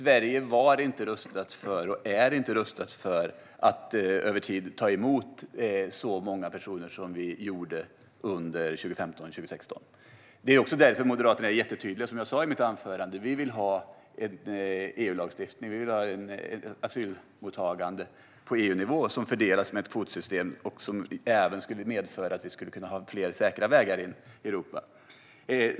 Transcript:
Herr talman! Sverige var inte, och är inte, rustat för att över tid ta emot så många personer som vi gjorde under 2015 och 2016. Det är därför Moderaterna är jättetydliga: Som jag sa i mitt anförande vill vi ha en EU-lagstiftning. Vi vill ha ett asylmottagande på EU-nivå som fördelas med ett kvotsystem. Det skulle även medföra att vi skulle kunna ha fler säkra vägar in i Europa.